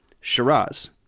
Shiraz